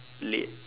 late